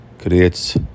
creates